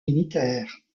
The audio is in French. militaires